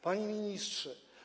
Panie Ministrze!